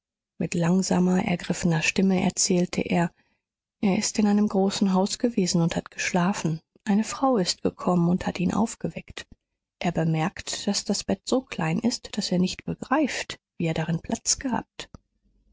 mit langsamer ergriffener stimme erzählte er er ist in einem großen haus gewesen und hat geschlafen eine frau ist gekommen und hat ihn aufgeweckt er bemerkt daß das bett so klein ist daß er nicht begreift wie er darin platz gehabt